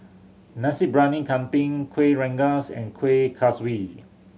Nasi Briyani Kambing Kuih Rengas and Kuih Kaswi